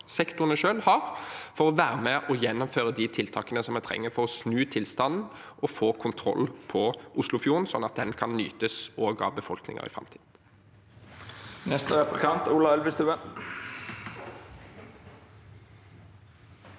sektorene selv – har for å være med og gjennomføre de tiltakene som vi trenger for å snu tilstanden og få kontroll på Oslofjorden, sånn at den kan nytes av befolkningen også i framtiden.